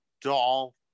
doll